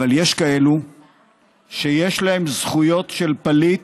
אבל יש כאלו שיש להם זכויות של פליט